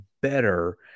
better